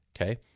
Okay